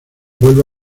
vuelve